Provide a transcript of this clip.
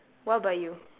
what about you